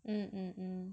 mm mm mm